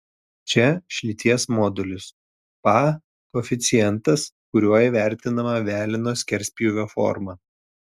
čia šlyties modulis pa koeficientas kuriuo įvertinama veleno skerspjūvio forma